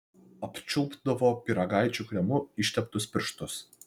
apčiulpdavo pyragaičių kremu išteptus pirštus